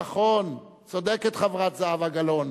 נכון, צודקת חברת הכנסת זהבה גלאון,